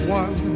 one